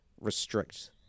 restrict